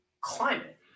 climate